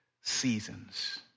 seasons